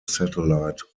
satellite